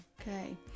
Okay